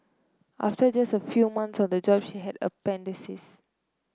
after just a few months on the job she had